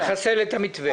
יחסל את המדגה.